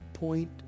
point